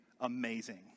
amazing